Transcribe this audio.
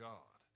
God